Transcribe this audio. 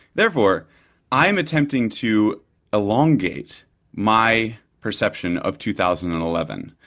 therefore i'm attempting to elongate my perception of two thousand and eleven,